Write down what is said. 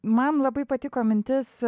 man labai patiko mintis